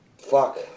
fuck